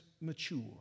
mature